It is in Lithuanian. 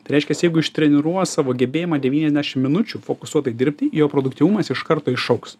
tai reiškias jeigu ištreniruos savo gebėjimą devyniasdešim minučių fokusuotai dirbti jo produktyvumas iš karto išaugs